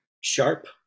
sharp